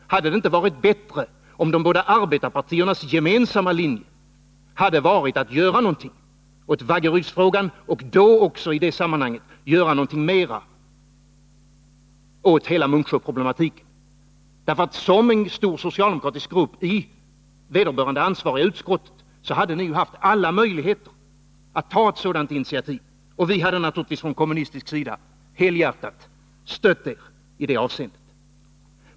Hade det inte varit bättre om de båda arbetarpartiernas gemensamma linje hade varit att göra någonting åt Vaggerydsfrågan ochi det sammanhanget också göra något mer åt hela Munksjöproblematiken? Som en stor socialdemokratisk grupp i vederbörande ansvariga utskott hade ni ju haft alla möjligheter att ta ett sådant initiativ. Och vi hade naturligtvis från kommunistisk sida helhjärtat stött er i det avseendet.